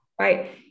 right